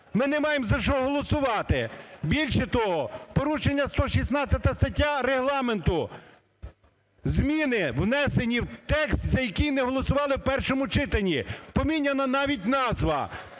ми не маємо за що голосувати. Більше того, порушена 116 стаття Регламенту. Зміни, внесені в текст, за які не голосували в першому читанні, поміняна навіть назва.